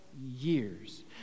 years